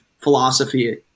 philosophy